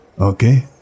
Okay